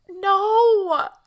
No